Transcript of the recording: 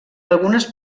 algunes